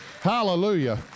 Hallelujah